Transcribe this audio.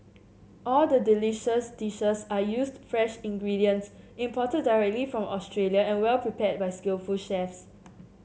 all the delicious dishes are used fresh ingredients imported directly from Australia and well prepared by skillful chefs